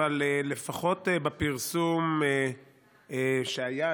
אבל לפחות בפרסום שהיה,